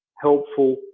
helpful